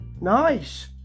Nice